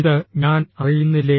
ഇത് ഞാൻ അറിയുന്നില്ലേ